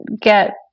get